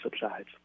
subsides